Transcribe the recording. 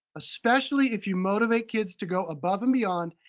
especially if you motivate kids to go above and beyond,